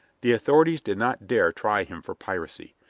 the authorities did not dare try him for piracy.